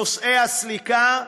נושאי הסליקה,